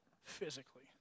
physically